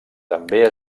també